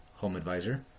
HomeAdvisor